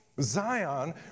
Zion